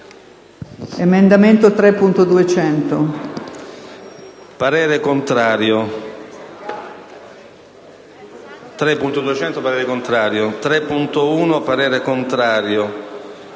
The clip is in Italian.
il parere contrario